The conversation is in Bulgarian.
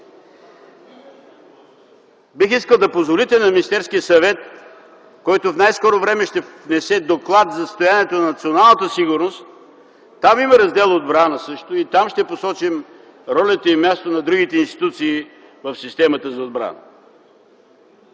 и въоръжените сили. Министерският съвет в най-скоро време ще внесе доклад за състоянието на националната сигурност. Там също има раздел отбрана и там ще посочим ролята и мястото на другите институции в системата за отбрана.